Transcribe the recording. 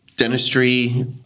Dentistry